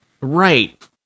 Right